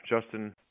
Justin